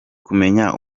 kumenya